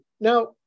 now